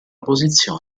posizione